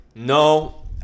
No